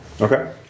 Okay